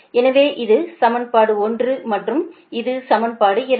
எனவே இது சமன்பாடு 1 மற்றும் இது சமன்பாடு 2